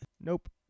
Nope